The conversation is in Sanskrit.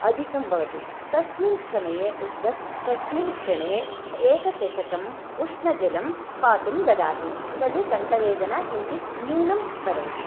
अधिकं भवति तस्मिन् समये तस्मिन् क्षणे एकचषकम् उष्णजलं पातुं ददाति तत् कण्ठवेदना किञ्चित् न्यूनं करोति